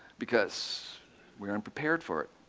because we're unprepared for it.